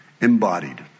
embodied